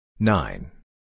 Nine